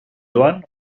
joan